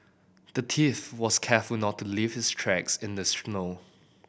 the thief was careful not to leave his tracks in the snow